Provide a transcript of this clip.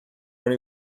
when